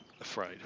afraid